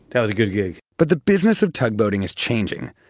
that was a good gig but the business of tug boating is changing.